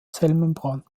zellmembran